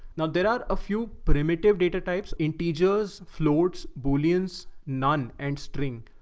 now there are a few primitive data types integers floats bullions nun and string.